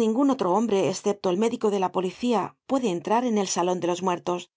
ningun otro hombre escepto el médico de la policía puede entrar en el salon de los muertos